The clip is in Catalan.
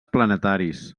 planetaris